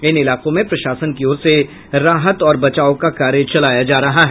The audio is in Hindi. इन इलाकों में प्रशासन की ओर से राहत और बचाव का कार्य चलाया जा रहा है